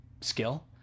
skill